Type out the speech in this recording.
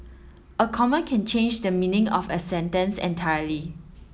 a comma can change the meaning of a sentence entirely